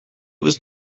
was